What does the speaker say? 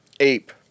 ape